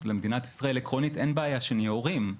אז למדינת ישראל עקרונית אין בעיה שנהיה הורים,